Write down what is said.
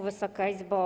Wysoka Izbo!